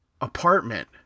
apartment